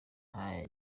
nta